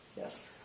Yes